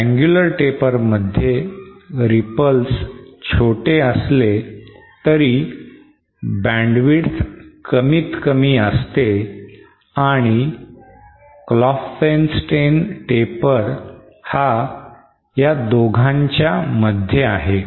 triangular taper मध्ये ripples छोटे असले तरी bandwidth कमीत कमी असते आणि Klopfenstein taper हा या दोघांच्या मध्ये आहे